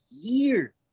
year